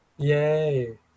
Yay